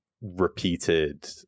repeated